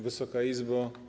Wysoka Izbo!